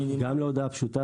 גם להודעה פשוטה.